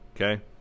Okay